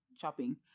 shopping